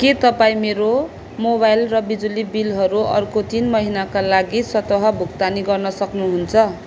के तपाईँ मेरो मोबाइल र बिजुली बिलहरू अर्को तिन महिनाका लागि स्वतः भुक्तानी गर्न सक्नुहुन्छ